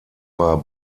war